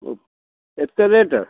ଓ ଏତେ ରେଟ୍